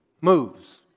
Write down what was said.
moves